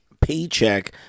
Paycheck